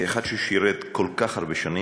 כאחד ששירת כל כך הרבה שנים,